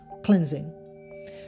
cleansing